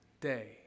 day